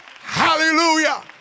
Hallelujah